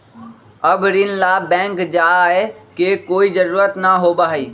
अब ऋण ला बैंक जाय के कोई जरुरत ना होबा हई